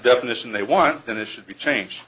definition they want then it should be changed